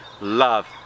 Love